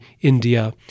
India